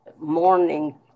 morning